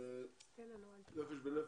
ארגון "נפש בנפש",